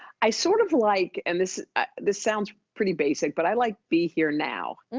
i sort of like, and this this sounds pretty basic, but i like, be here now.